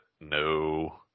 no